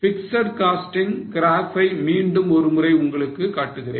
fixed costs ன் graph ஐ மீண்டும் ஒரு முறை உங்களுக்கு காட்டுகிறேன்